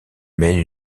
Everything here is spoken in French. mène